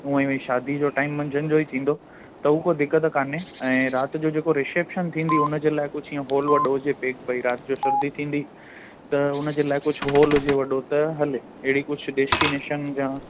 हूअं ई शादी जो टाइम मंझंदि जो ई थींदो त उहो दिक़त कोन्हे ऐं राति जो जेको रिसेप्शन थींदी उन जे लाइ कुझु ईअं हॉल वॾो हुजे पैक भई राति जो सर्दी थींदी त उन जे लाइ कुझु हॉल हुजे वॾो त हले अहिड़ी कुझु डेस्टीनेशन जा